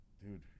Dude